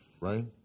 right